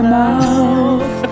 mouth